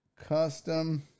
Custom